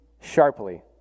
sharply